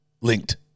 Linked